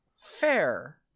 Fair